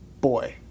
boy